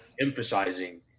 emphasizing